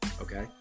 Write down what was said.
okay